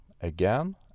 again